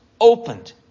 opened